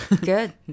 Good